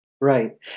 Right